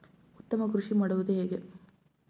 ಉತ್ತಮ ಕೃಷಿ ಮಾಡುವುದು ಹೇಗೆ?